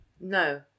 No